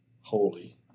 holy